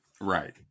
Right